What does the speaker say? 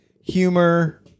humor